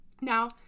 Now